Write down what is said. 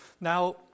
Now